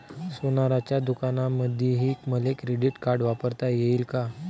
सोनाराच्या दुकानामंधीही मले क्रेडिट कार्ड वापरता येते का?